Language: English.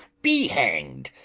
be hanged!